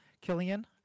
Killian